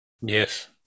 Yes